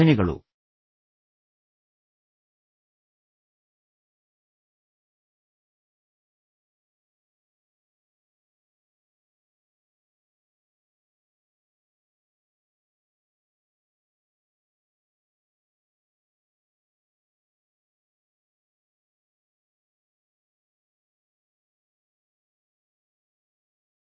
ವಂದನೆಗಳು